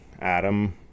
Adam